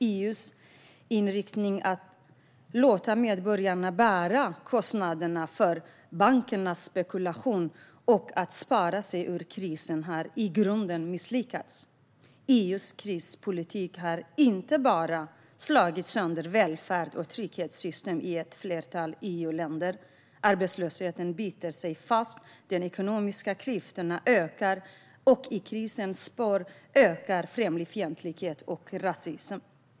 EU:s inriktning att låta medborgarna bära kostnaderna för bankernas spekulation och att spara sig ur krisen har i grunden misslyckats. EU:s krispolitik har inte bara slagit sönder välfärd och trygghetssystem i ett flertal EU-länder. Arbetslösheten biter sig fast, de ekonomiska klyftorna ökar och i krisens spår ökar främlingsfientlighet och rasism.